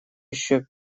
ещё